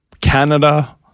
Canada